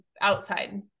outside